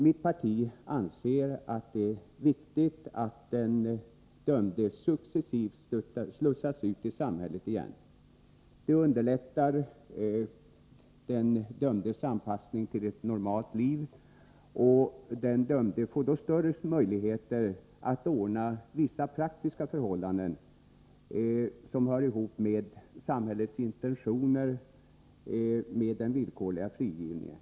Mitt parti anser att det är viktigt att den dömde successivt slussas ut i samhället igen. Det underlättar den dömdes anpassning till ett normalt liv. Den dömde får större möjligheter att ordna vissa praktiska frågor som hör ihop med samhällets intentioner med den villkorliga frigivningen.